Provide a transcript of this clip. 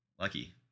Lucky